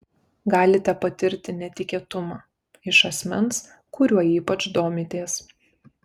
galite patirti netikėtumą iš asmens kuriuo ypač domitės